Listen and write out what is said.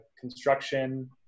construction